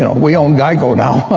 and we owned i go now?